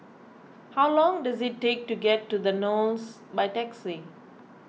how long does it take to get to the Knolls by taxi